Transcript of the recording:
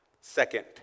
second